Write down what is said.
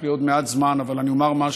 יש לי עוד מעט זמן ואני אומר משהו,